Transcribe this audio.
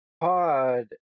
pod